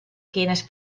quienes